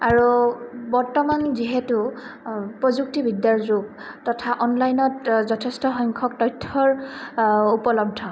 আৰু বৰ্তমান যিহেতু প্ৰযুক্তিবিদ্যাৰ যোগ তথা অনলাইনত যথেষ্ট সংখ্যক তথ্যৰ উপলব্ধ